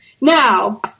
Now